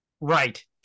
right